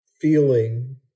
feeling